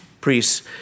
priests